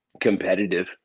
competitive